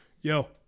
yo